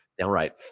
downright